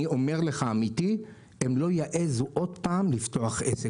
אני אומר לך אמיתי שהם לא יעזו עוד פעם לפתוח עסק.